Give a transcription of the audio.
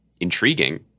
intriguing